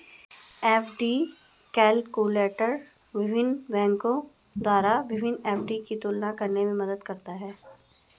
FD calculator विभिन्न बैंकों द्वारा विभिन्न एफ.डी की तुलना करने में मदद करता है